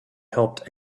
helped